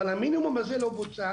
אבל המינימום הזה לא בוצע.